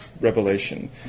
Revelation